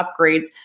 upgrades